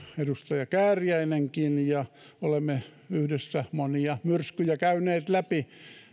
edustaja kääriäinenkin ja olemme yhdessä monia myrskyjä käyneet läpi